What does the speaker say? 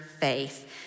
faith